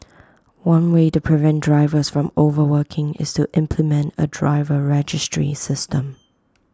one way to prevent drivers from overworking is to implement A driver registry system